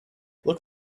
look